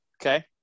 Okay